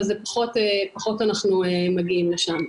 אבל פחות אנחנו מגיעים לשם.